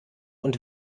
und